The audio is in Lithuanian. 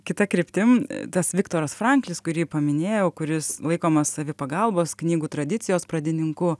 kita kryptim tas viktoras franklis kurį paminėjau kuris laikomas savipagalbos knygų tradicijos pradininku